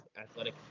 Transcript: athletic